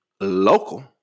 Local